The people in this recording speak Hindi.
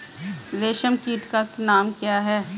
रेशम कीट का नाम क्या है?